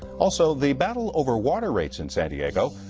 also the battle over water rates in san diego.